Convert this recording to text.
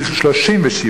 37,